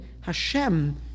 Hashem